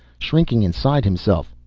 shrinking inside himself,